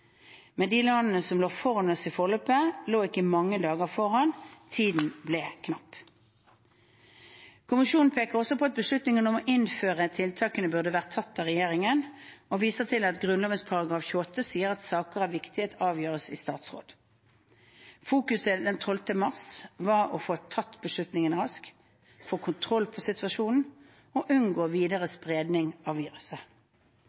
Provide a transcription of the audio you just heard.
men de landene som lå foran oss i forløpet, lå ikke mange dager foran. Tiden ble knapp. Kommisjonen peker også på at beslutningen om å innføre tiltakene burde vært tatt av regjeringen, og viser til at Grunnloven § 28 sier at saker av viktighet avgjøres i statsråd. Fokuset den 12. mars var å få tatt beslutningene raskt, få kontroll på situasjonen og unngå videre